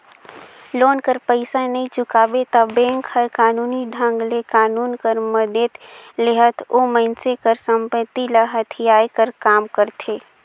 loan कर पइसा नी चुकाबे ता बेंक हर कानूनी ढंग ले कानून कर मदेत लेहत ओ मइनसे कर संपत्ति ल हथियाए कर काम करथे